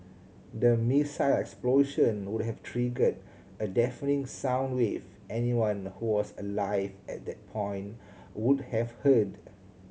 the missile explosion would have triggered a deafening sound wave anyone who was alive at that point would have heard